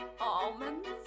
almonds